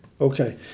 Okay